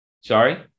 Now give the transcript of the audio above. Sorry